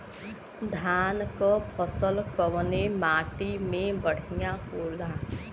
धान क फसल कवने माटी में बढ़ियां होला?